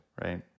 right